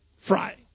fry